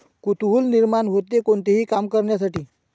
कुतूहल निर्माण होते, कोणतेही काम करण्यासाठी